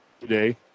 today